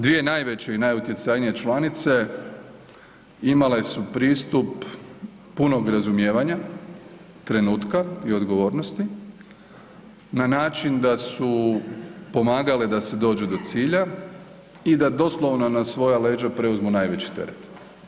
Dvije najveće i najutjecajnije članice imale su pristup punog razumijevanja trenutka i odgovornosti na način da su pomagale da se dođe do cilja i da doslovno, na svoja leđa preuzmu najveći teret.